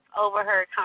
overheard